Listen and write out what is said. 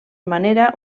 manera